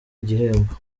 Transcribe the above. igihembo